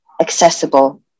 accessible